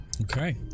okay